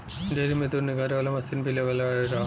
dairy में दूध निकाले वाला मसीन भी लगल रहेला